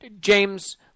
James